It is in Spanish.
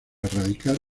erradicar